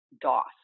DOS